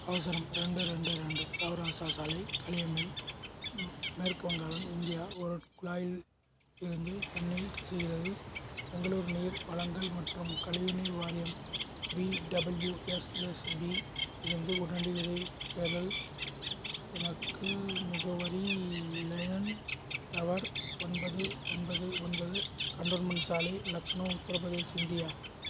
அவசரம் ரெண்டு ரெண்டு ரெண்டு சௌராஸ்தா சாலை கலியமென் மேற்கு வங்காளம் இந்தியா ஒரு குழாயில் இருந்து தண்ணீர் கசிகிறது பெங்களூர் நீர் வழங்கல் மற்றும் கழிவு நீர் வாரியம் பிடபிள்யூஎஸ்எஸ்பிலிருந்து உடனடி உதவிக் கரல் எனக்கு முகவரி லைன் டவர் ஒன்பது ஒன்பது ஒன்பது கன்டோன்மென்ட் சாலை லக்னோ உத்தரப்பிரதேஷ் இந்தியா